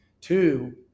Two